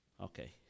Okay